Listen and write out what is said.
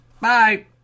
Bye